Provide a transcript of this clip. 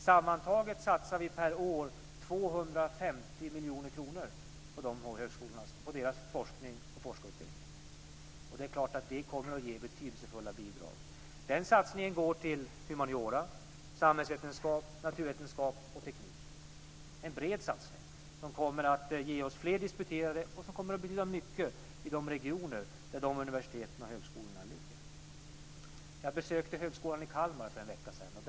Sammantaget satsar vi per år 250 miljoner kronor på deras forskning och forskarutbildning. Det är klart att det kommer att ge betydelsefulla bidrag. Denna satsning går till humaniora, samhällsvetenskap, naturvetenskap och teknik. Det är en bred satsning som kommer att ge oss fler disputerade och som kommer att betyda mycket i de regioner där de universiteten och högskolorna ligger. Jag besökte Högskolan i Kalmar för en vecka sedan.